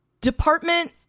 Department